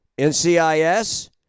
NCIS